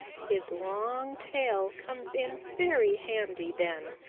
his long tail comes in very handy then,